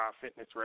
Fitness